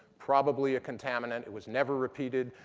probably a contaminant. it was never repeated.